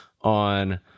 on